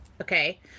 Okay